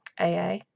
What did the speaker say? AA